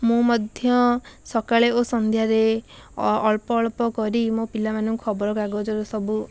ମୁଁ ମଧ୍ୟ ସକାଳେ ଓ ସନ୍ଧ୍ୟାରେ ଅଳ୍ପ ଅଳ୍ପ କରି ମୋ ପିଲାମାନଙ୍କୁ ଖବରକାଗଜର ସବୁ